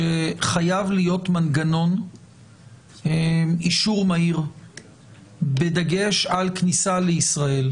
שחייב להיות מנגנון אישור מהיר בדגש על כניסה לישראל,